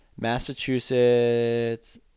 Massachusetts